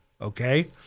Okay